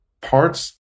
parts